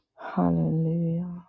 Hallelujah